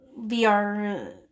VR